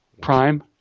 Prime